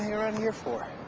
here and here for?